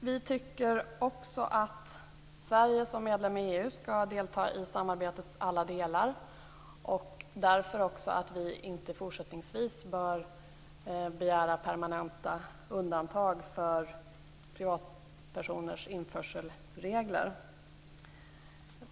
Vi tycker också att Sverige som medlem i EU skall delta i samarbetets alla delar, och att vi därför inte fortsättningsvis bör begära permanenta undantag för privatpersoners införselregler.